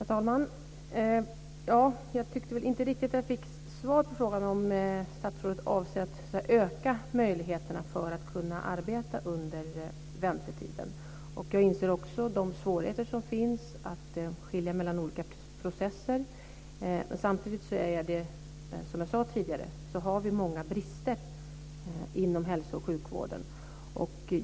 Herr talman! Jag tyckte väl inte riktigt att jag fick svar på frågan om statsrådet avser att öka möjligheterna att arbeta under väntetiden. Jag inser också de svårigheter som finns att skilja mellan olika processer. Samtidigt har vi, som jag sade tidigare, många brister inom hälso och sjukvården.